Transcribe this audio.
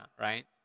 right